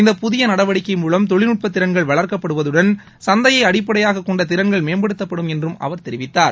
இந்தப் புதிய நடவடிக்கை மூலம் தொழில்நட்பத் திறன்கள் வளர்க்கப்படுவதுடன் சந்தையை அடிப்படையாகக் கொண்ட திறன்கள் மேம்படுத்தப்படும் என்றும் அவர் தெரிவித்தார்